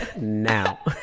now